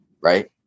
Right